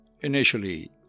Initially